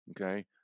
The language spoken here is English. okay